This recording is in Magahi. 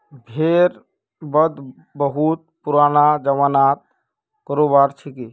भेड़ वध बहुत पुराना ज़मानार करोबार छिके